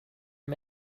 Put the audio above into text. are